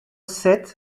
sept